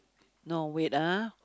no wait ah